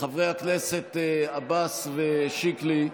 חברי הכנסת עבאס ושיקלי,